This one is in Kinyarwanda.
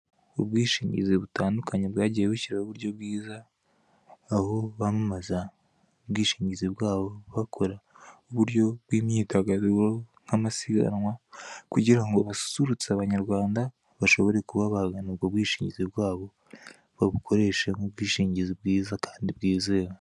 ubwishingizi butandukanye bwagiye bushyiriho uburyo bwiza, aho bamamaza ubwishingizi bwabo bakora uburyo bw'imyidagaduro nk'amasiganwa, kugira ngo basusurutse abanyarwanda bashobore kuba bagana ubwo bwishingizi bwabo babukoreshe nk'ubwishingizi bwiza kandi bwizewe.